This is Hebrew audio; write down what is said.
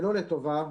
ולא לטובה,